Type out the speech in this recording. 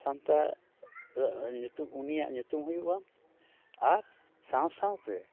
ᱥᱟᱱᱛᱟᱲ ᱩᱱᱤᱭᱟᱜ ᱧᱩᱛᱩᱢ ᱦᱩᱭᱩᱜᱼᱟ ᱟᱨ ᱥᱟᱶ ᱥᱟᱶᱛᱮ